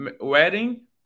wedding